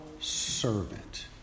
servant